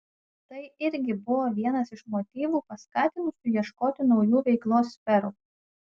tai irgi buvo vienas iš motyvų paskatinusių ieškoti naujų veiklos sferų